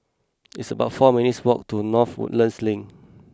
it's about four minutes' walk to North Woodlands Link